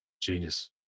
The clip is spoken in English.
Genius